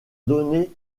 donné